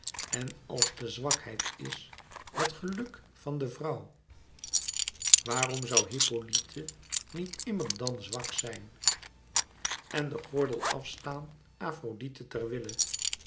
en als de zwakheid is het geluk van de vrouw waarom zoû hippolyte niet immer dan zwak zijn en den gordel af staan afrodite ter wille